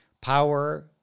power